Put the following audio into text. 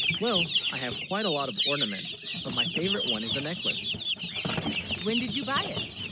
well i have quite a lot of ornaments but, my favourite one is a necklace when did you buy it